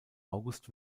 august